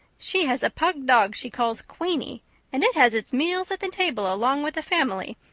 she has a pug dog she calls queenie and it has its meals at the table along with the family,